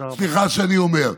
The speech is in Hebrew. סליחה שאני אומר.